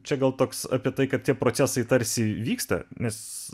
čia gal toks apie tai kad tie procesai tarsi vyksta nes